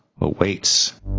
awaits